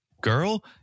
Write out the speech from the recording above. girl